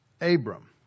Abram